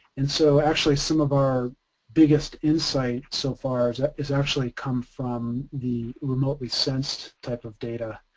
and so actually some of our biggest insight so far has actually come from the remotely sensed type of data.